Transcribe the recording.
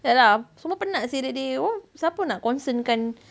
ya lah semua penat seh that day siapa nak concern kan